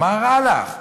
מה רע לך?